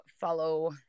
follow